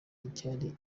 ryari